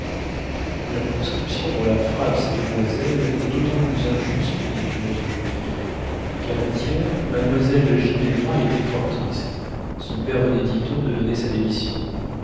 la proscription dont la frappent ces demoiselles est d'autant plus injuste dit une autre jeune fille quavant hier mademoiselle ginevra était fort triste son père venait dit-on de donner sa démission